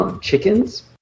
chickens